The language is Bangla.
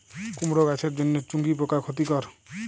কুমড়ো গাছের জন্য চুঙ্গি পোকা ক্ষতিকর?